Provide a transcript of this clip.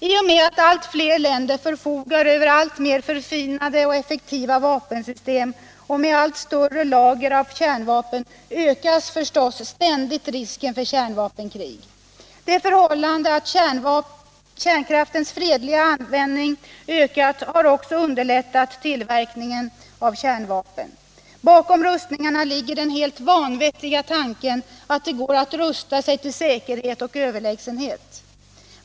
I och med att allt fler länder förfogar över alltmer förfinade och effektiva vapensystem och med allt större lager av kärnvapen ökas förstås ständigt risken för kärnvapenkrig. Det förhållandet att kärnkraftens fredliga användning ökat har också underlättat tillverkningen av kärnvapen. Bakom rustningarna ligger den helt vanvettiga tanken att det går att rusta sig till säkerhet och överlägsenhet.